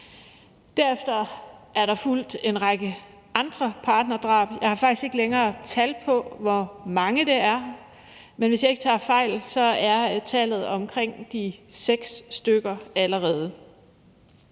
Derefter er der fulgt en række andre partnerdrab. Jeg har faktisk ikke længere tal på, hvor mange det er, men hvis jeg ikke tager fejl, er tallet omkring de seks stykker allerede.